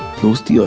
cost.